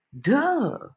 Duh